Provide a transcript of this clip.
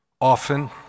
often